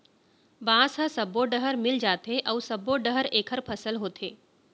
बांस ह सब्बो डहर मिल जाथे अउ सब्बो डहर एखर फसल होथे